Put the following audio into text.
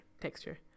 texture